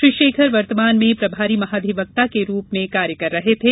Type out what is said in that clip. श्री शेखर वर्तमान में प्रभारी महाधिवक्ता के रूप कार्य कर रहे थे